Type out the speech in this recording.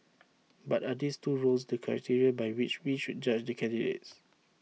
but are these two roles to criteria by which we should judge the candidates